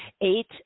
eight